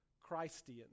Christian